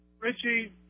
Richie